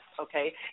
okay